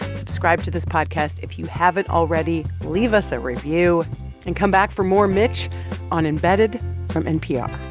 subscribe to this podcast if you haven't already, leave us a review and come back for more mitch on embedded from npr